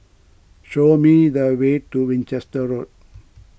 show me the way to Winchester Road